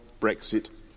Brexit